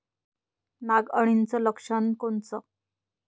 नाग अळीचं लक्षण कोनचं?